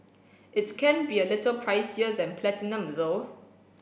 it's can be a little pricier than Platinum though